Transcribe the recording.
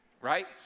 right